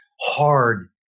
hard